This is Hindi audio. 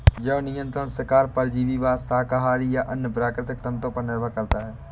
जैव नियंत्रण शिकार परजीवीवाद शाकाहारी या अन्य प्राकृतिक तंत्रों पर निर्भर करता है